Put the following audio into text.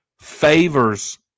favors